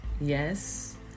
Yes